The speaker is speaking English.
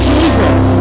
Jesus